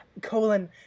colon